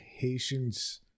patients